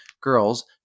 girls